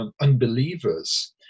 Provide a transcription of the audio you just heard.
unbelievers